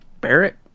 Barrett